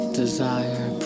desire